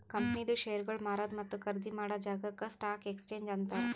ಕಂಪನಿದು ಶೇರ್ಗೊಳ್ ಮಾರದು ಮತ್ತ ಖರ್ದಿ ಮಾಡಾ ಜಾಗಾಕ್ ಸ್ಟಾಕ್ ಎಕ್ಸ್ಚೇಂಜ್ ಅಂತಾರ್